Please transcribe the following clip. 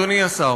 אדוני השר,